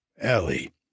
Ellie